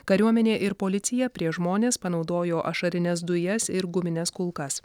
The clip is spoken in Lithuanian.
kariuomenė ir policija prieš žmones panaudojo ašarines dujas ir gumines kulkas